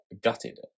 gutted